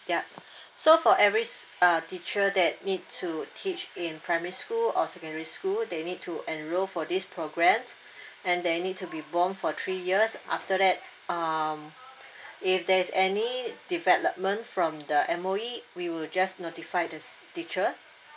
yup so for every uh teacher that need to teach in primary school or secondary school they need to enroll for this program and they need to be bond for three years after that um if there is any development from the M_O_E we will just notify the teacher